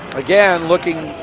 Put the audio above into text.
again looking